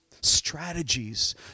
strategies